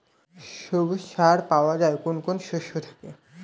সবুজ সার পাওয়া যায় কোন কোন শস্য থেকে?